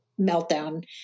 meltdown